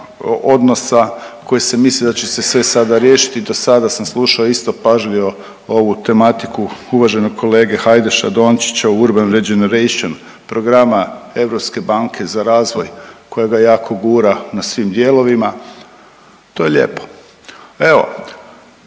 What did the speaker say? odnosa koje se misli da će se sve sada riješiti. I dosada sam slušao isto pažljivo ovu tematiku uvaženog kolega Hajdaš Dončića Urban regeneration, programa Europske bane za razvoj koja ga jako gura na svim dijelovima. To je lijepo. Evo,